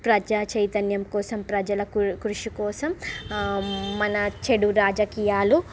ప్రజా చైతన్యం కోసం ప్రజల కృ కృషి కోసం మన చెడు రాజకీయాలు